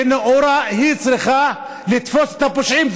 והיא נאורה, היא צריכה לתפוס את הפושעים.